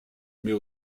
mais